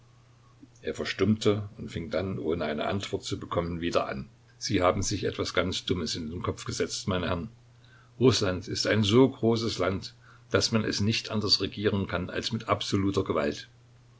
er verstummte und fing dann ohne eine antwort zu bekommen wieder an sie haben sich etwas ganz dummes in den kopf gesetzt meine herren rußland ist ein so großes land daß man es nicht anders regieren kann als mit absoluter gewalt